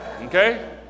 okay